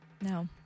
No